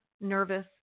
nervous